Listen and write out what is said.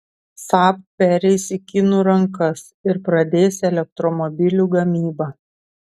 saab pereis į kinų rankas ir pradės elektromobilių gamybą